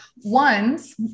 ones